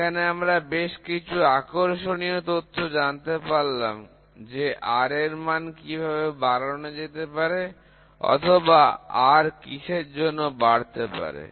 এখানে আমরা বেশ কিছু আকর্ষণীয় তথ্য জানতে পারলাম যে R এর মান কিভাবে বাড়ানো যেতে পারে অথবা R কিসের জন্য বাড়তে পারে